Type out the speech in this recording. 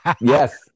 Yes